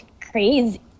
crazy